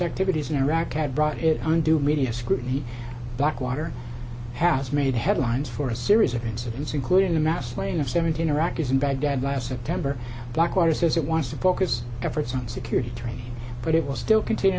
activities in iraq had brought it on due media scrutiny blackwater has made headlines for a series of incidents including the mass slaying of seventeen iraqis in baghdad last september blackwater says it wants to focus efforts on security training but it will still continue